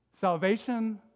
Salvation